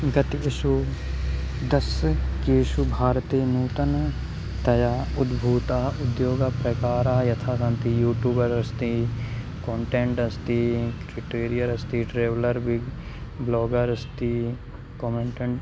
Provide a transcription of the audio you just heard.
गतेषु दशकेषु भारते नूतनतया उद्भूताः उद्योगप्रकाराः यथा सन्ति यूट्यूबरस्ति कोण्टाण्डस्ति ट्विट्टीरियर् अस्ति ट्राव्लर् बि ब्लोगरस्ति कोमेण्ट्ण्ड्